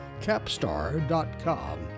capstar.com